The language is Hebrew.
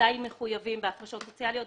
עדיין מחויבים בהפרשות סוציאלית,